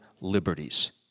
liberties